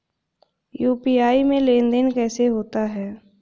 UPI में लेनदेन कैसे होता है?